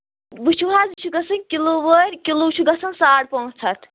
وٕچھِو حظ یہِ گژھِ کِلوٗ وٲرۍ کِلوٗ چھُ گژھان ساڑ پانٛژھ ہَتھ